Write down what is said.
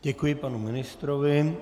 Děkuji panu ministrovi.